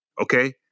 Okay